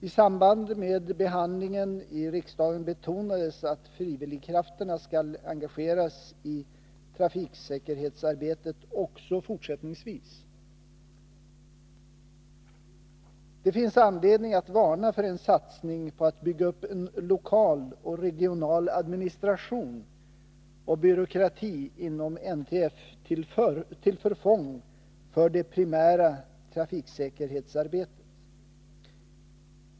I samband med behandlingen i riksdagen betonades att frivilligkrafterna skall engageras i trafiksäkerhetsarbetet också fortsättningsvis. Det finns anledning varna för en satsning på att bygga upp en lokal och regional administration och byråkrati inom NTF till förfång för det primära trafiksäkerhetsarbetet.